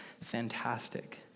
fantastic